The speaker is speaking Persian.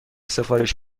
سفارش